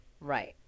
Right